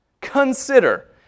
Consider